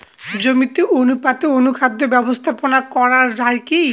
জমিতে অনুপাতে অনুখাদ্য ব্যবস্থাপনা করা য়ায় কি?